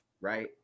right